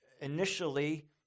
Initially